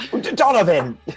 Donovan